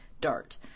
dart